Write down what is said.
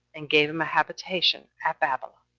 and gave him a habitation at babylon,